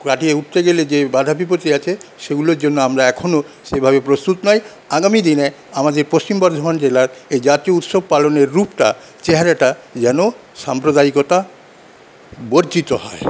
কিন্তু কাটিয়ে উঠতে গেলে যে বাধা বিপত্তি আছে সেগুলোর জন্য আমরা এখনো সেভাবে প্রস্তুত নাই আগামী দিনে আমাদের পশ্চিম বর্ধমান জেলার এই জাতীয় উৎসব পালনের রূপটা চেহারাটা যেন সাম্প্রদায়িকতা বর্জিত হয়